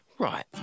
Right